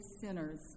sinners